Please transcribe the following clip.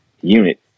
unit